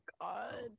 God